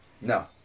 No